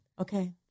Okay